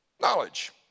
Knowledge